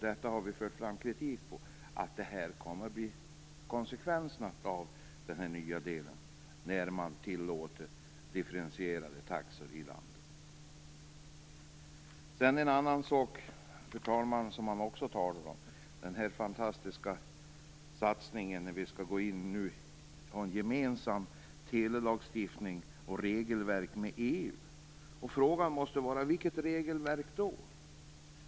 Detta har vi framfört kritik mot och sagt att det blir konsekvensen av den nya lagen där man tillåter differentierade taxor i landet. En annan sak som man talar om är den fantastiska satsningen för att få en gemensam telelagstiftning och gemensamt regelverk med EU. Frågan måste vara: Vilket regelverk?